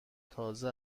تازه